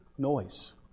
Noise